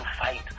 fight